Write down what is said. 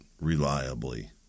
reliably